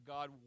God